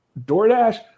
DoorDash